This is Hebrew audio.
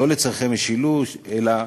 לא לצורכי משילות, אלא